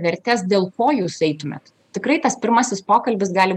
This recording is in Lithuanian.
vertes dėl ko jūs eitumėt tikrai tas pirmasis pokalbis gali